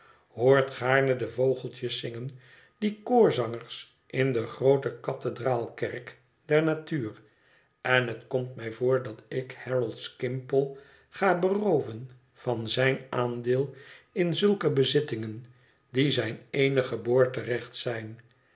hoort gaarne de vogeltjes zingen die koorzangers in de groote cathedraalkerk der natuur en het komt mij voor dat ik harold skimpole ga berooven van zijn aandeel in zulke bezittingen die zijn eenig geboorterecht zijn